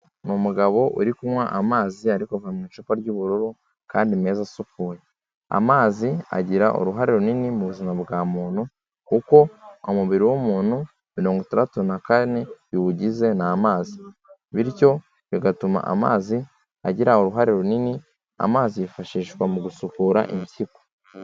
Ni umugabo uri kunywa amazi ari kuva mu icupa ry'ubururu kandi meza asukuye. Amazi agira uruhare runini mu buzima bwa muntu kuko umubiri w'umuntu mirongo itandatu na kane biwugize ni amazi. Bityo bigatuma amazi agira uruhare runini, amazi yifashishwa mu gusukura impyiko.